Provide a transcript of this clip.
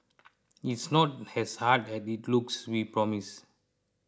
it's not as hard as it looks we promise